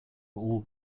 all